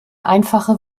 einfache